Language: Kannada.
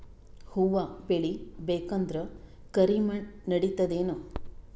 ಹುವ ಬೇಳಿ ಬೇಕಂದ್ರ ಕರಿಮಣ್ ನಡಿತದೇನು?